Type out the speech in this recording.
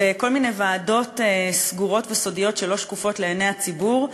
בכל מיני ועדות סגורות וסודיות שלא שקופות לעיני הציבור,